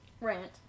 rant